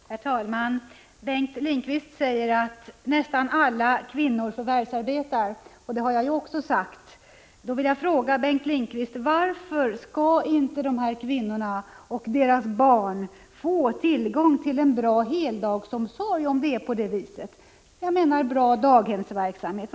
Herr talman! Bengt Lindqvist säger att nästan alla kvinnor förvärvsarbetar, och det har också jag sagt. Då vill jag fråga Bengt Lindqvist: Om det förhåller sig så, varför skall inte de här kvinnorna och deras barn få tillgång till en bra heldagsomsorg? Jag menar bra daghemsverksamhet.